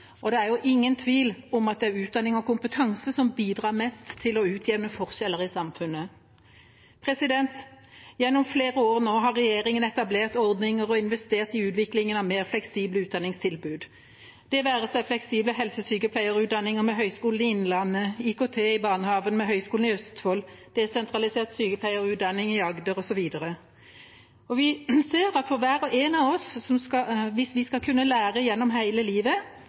og det er ingen tvil om at det er utdanning og kompetanse som bidrar mest til å utjevne forskjeller i samfunnet. Gjennom flere år nå har regjeringa etablert ordninger og investert i utviklingen av mer fleksible utdanningstilbud – det være seg fleksible helsesykepleierutdanninger ved Høgskolen i Innlandet, IKT i barnehagen ved Høgskolen i Østfold eller desentralisert sykepleierutdanning i Agder osv. Vi ser at for hver og en av oss, hvis vi skal kunne lære gjennom hele livet